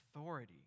authority